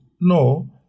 no